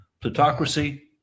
plutocracy